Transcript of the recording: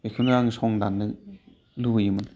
बेखौनो आं संदाननो लुगैयोमोन